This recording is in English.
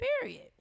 period